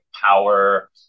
power